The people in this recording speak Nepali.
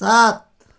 सात